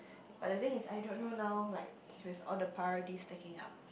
but the thing is I don't know now like with all the priorities stacking up